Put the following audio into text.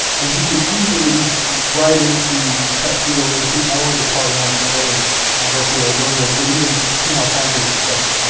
and he could easily ride into castile and defeat, not only the carrions, not only garcia ordooez, but even king alfonso himself.